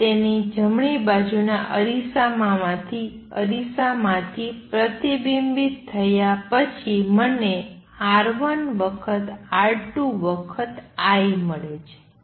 અને તેની જમણી બાજુના અરીસામાંથી પ્રતિબિંબિત થયા પછી મને R1 વખત R2 વખત I મળે છે